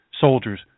Soldiers